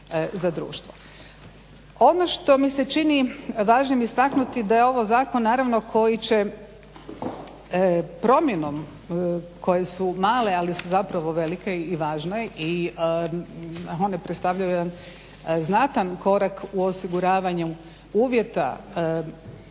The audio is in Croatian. za društvo. Ono što mi se čini važnim istaknuti, da je ovo zakon naravno koji će promjenom koje su male ali su zapravo velike i važne i one predstavljaju jedan znatan korak u osiguravanju uvjeta